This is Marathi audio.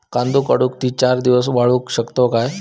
कांदो काढुन ती चार दिवस वाळऊ शकतव काय?